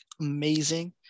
amazing